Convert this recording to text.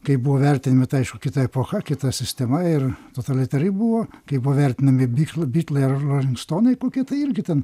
kaip buvo vertinami tai aišku kita epocha kita sistema ir totalitari buvo kai buvo vertinami bitl bitlai ar rolingstonai kokie tai irgi ten